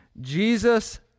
Jesus